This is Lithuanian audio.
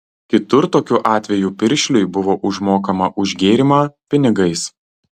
kitur tokiu atveju piršliui buvo užmokama už gėrimą pinigais